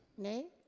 nay?